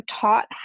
taught